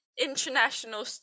international